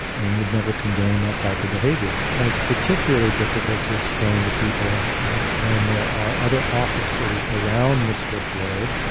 and would never condone that type of behavior. and it's particularly difficult to explain to people when there are other officers around mr. floyd,